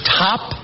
top